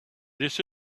this